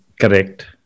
Correct